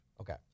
Okay